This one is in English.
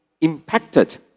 impacted